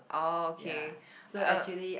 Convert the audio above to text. oh okay uh